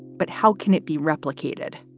but how can it be replicated?